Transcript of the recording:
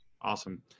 Awesome